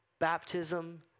Baptism